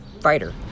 fighter